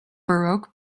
baroque